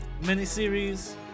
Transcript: miniseries